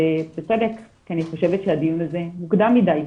זה בצדק, כי אני חושבת שהדיון הזה מוקדם מדי.